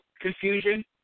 confusion